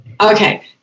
Okay